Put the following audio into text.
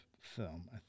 film